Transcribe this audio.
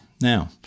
Now